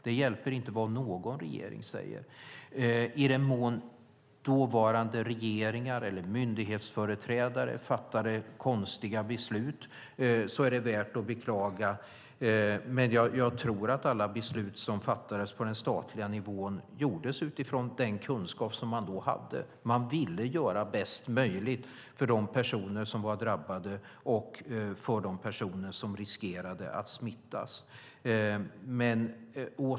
Det hjälper inte vad någon regering säger. I den mån dåvarande regeringar eller myndighetsföreträdare fattade konstiga beslut är det värt att beklaga, men jag tror att alla beslut som fattades på den statliga nivån fattades utifrån den kunskap som man då hade. Man ville göra det bästa möjliga för de personer som var drabbade och för de personer som riskerade att smittas.